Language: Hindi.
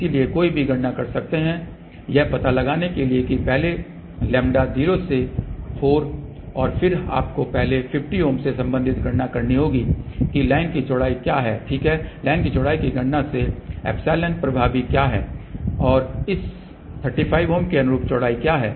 इसलिए कोई भी गणना कर सकता है यह पता लगाने के लिए कि पहले लैम्ब्डा 0 से 4 और फिर आपको पहले 50 ओम से संबंधित गणना करनी होगी कि लाइन की चौड़ाई क्या है ठीक लाइन की चौड़ाई की गणना से ε प्रभावी क्या है और इस 35 ओम के अनुरूप चौड़ाई क्या है